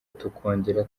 tukongera